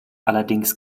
allerdings